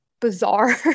bizarre